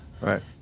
Right